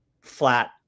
flat